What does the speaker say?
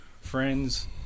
friends